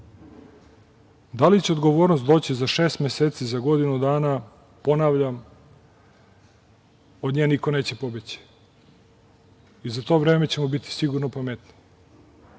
Da li će odgovornost doći za šest meseci, za godinu dana, ponavljam, od nje niko neće pobeći i za to vreme ćemo biti sigurno pametniji. Slažem